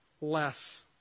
less